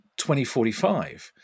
2045